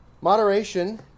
Moderation